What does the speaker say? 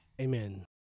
Amen